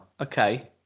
okay